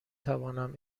توانم